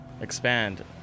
expand